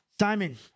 Simon